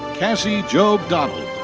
kasseh job donald.